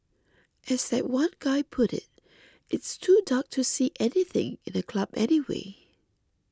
as that one guy put it it's too dark to see anything in a club anyway